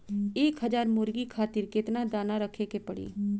एक हज़ार मुर्गी खातिर केतना दाना रखे के पड़ी?